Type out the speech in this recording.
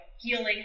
healing